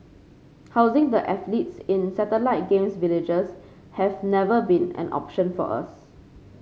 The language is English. housing the athletes in satellite Games Villages has never been an option for us